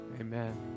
Amen